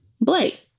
Blake